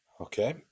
Okay